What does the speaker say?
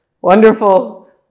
wonderful